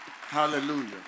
Hallelujah